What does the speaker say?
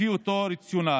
לפי אותו רציונל,